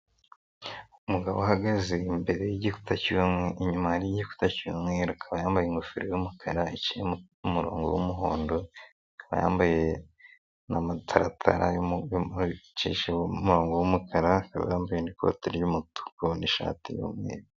Umugabo uhahagaze imbere y'igikuta inyuma hari igikuta cy'umweru, akaba yambaye ingofero yumukara iciyemo umumurongo w'umuhondo, yambaye n'amataratara, wumukara wambaye ikoti ry'umutuku n'ishati y'umweru.